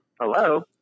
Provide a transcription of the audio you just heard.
Hello